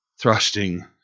thrusting